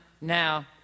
now